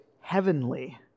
heavenly